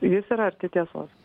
jis yra arti tiesos